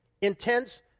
Intense